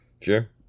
sure